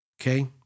Okay